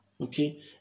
Okay